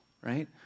right